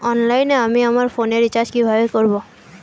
অনলাইনে আমি আমার ফোনে রিচার্জ কিভাবে করব?